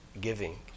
giving